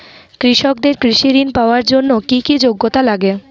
কৃষকদের কৃষি ঋণ পাওয়ার জন্য কী কী যোগ্যতা লাগে?